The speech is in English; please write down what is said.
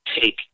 take